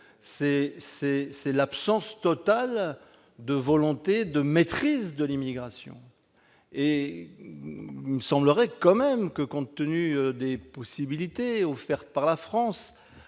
révèle l'absence totale de volonté de maîtrise de l'immigration. Il me semble quand même que, compte tenu des possibilités offertes par la France